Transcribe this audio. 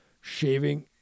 shaving